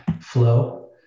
flow